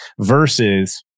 Versus